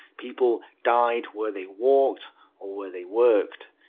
people died where they walked or where they worked.